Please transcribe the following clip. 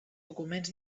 documents